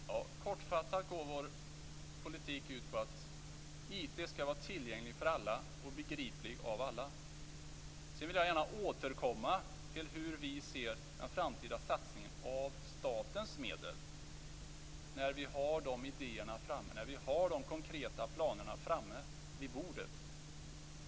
Fru talman! Kortfattat går vår politik ut på att IT skall vara tillgänglig för alla och begriplig för alla. Sedan vill jag gärna återkomma till hur vi ser på den framtida satsningen av statens medel när vi har de konkreta planerna framme på bordet.